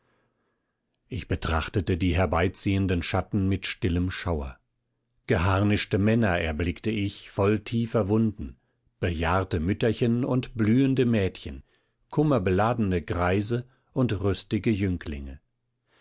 ich betrachtete die herbeiziehenden schatten mit stillem schauer geharnischte männer erblickte ich voll tiefer wunden bejahrte mütterchen und blühende mädchen kummerbeladene greise und rüstige jünglinge